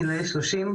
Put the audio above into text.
מחלות אחרות,